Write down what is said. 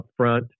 upfront